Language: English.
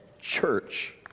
church